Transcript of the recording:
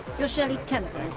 your shirley temple,